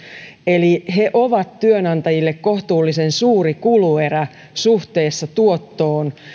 eli jotka ovat työnantajille kohtuullisen suuri kuluerä suhteessa tuottoon